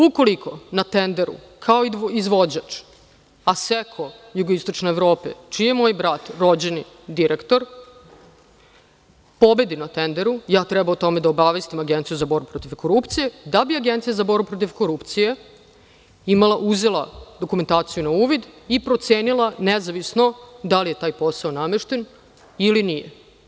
Ukoliko na tenderu kao izvođač „Asecco SEE“, čiji je moj brat rođeni direktor, pobedi na tenderu, ja treba o tome da obavestim Agenciju za borbu protiv korupcije da bi Agencija za borbu protiv korupcije uzela dokumentaciju na uvid i procenila nezavisno da li je taj posao namešten ili nije.